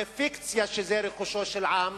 זה פיקציה שזה רכושו של עם.